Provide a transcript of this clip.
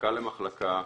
ממחלקה למחלקה,